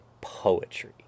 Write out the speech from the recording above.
poetry